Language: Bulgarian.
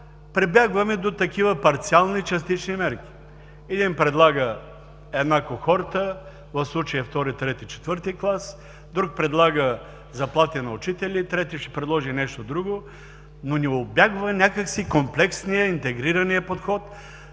прибягваме до такива парциални, частични мерки – един предлага една кохорта, в случая втори, трети, четвърти клас; друг предлага заплати на учители; трети ще предложи нещо друго, но ни убягва някак си комплексният, интегрираният подход